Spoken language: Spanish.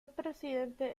presidente